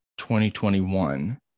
2021